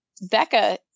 Becca